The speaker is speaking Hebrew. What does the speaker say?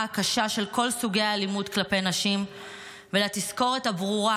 הקשה של כל סוגי האלימות כלפי נשים ותזכורת ברורה